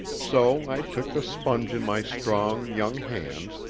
so i took the sponge in my strong, young hands,